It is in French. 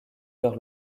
vers